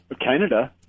Canada